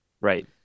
right